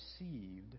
received